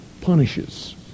punishes